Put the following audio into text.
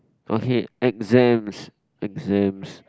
okay exams exams